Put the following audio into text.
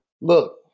Look